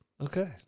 Okay